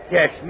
Yes